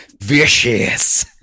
vicious